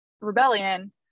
rebellion